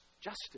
justice